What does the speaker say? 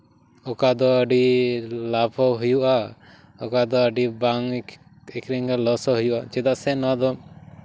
ᱚᱠᱟ ᱫᱚ ᱟᱹᱰᱤ ᱞᱟᱵᱷ ᱦᱚᱸ ᱦᱩᱭᱩᱜᱼᱟ ᱚᱠᱟ ᱫᱚ ᱟᱹᱰᱤ ᱵᱟᱝ ᱟᱹᱠᱷᱨᱤᱧ ᱞᱚᱥ ᱦᱚᱸ ᱦᱩᱭᱩᱜᱼᱟ ᱪᱮᱫᱟᱜ ᱥᱮ ᱱᱚᱣᱟ ᱫᱚ